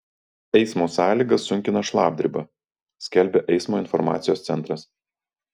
eismo sąlygas sunkina šlapdriba skelbia eismo informacijos centras